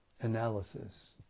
analysis